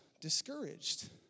discouraged